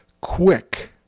quick